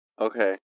Okay